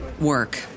work